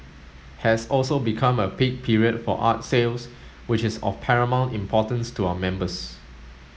has also become a peak period for art sales which is of paramount importance to our members